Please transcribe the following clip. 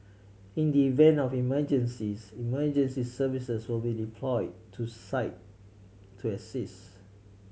in the event of an emergencies emergency services will be deployed to site to assists